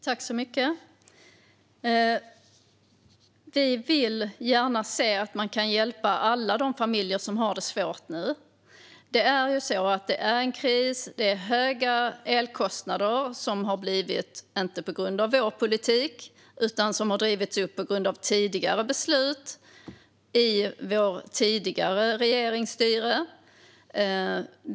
Fru talman! Vi vill gärna se att man kan hjälpa alla de familjer som har det svårt nu. Det är en kris nu. Elkostnaderna är höga - inte på grund av vår politik, utan de har drivits upp på grund av tidigare beslut från tidigare styre.